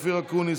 אופיר אקוניס,